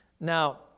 Now